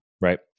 Right